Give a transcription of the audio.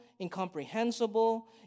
incomprehensible